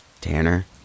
Tanner